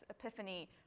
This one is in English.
Epiphany